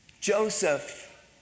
Joseph